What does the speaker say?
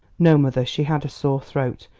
no, mother she had a sore throat,